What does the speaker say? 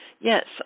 yes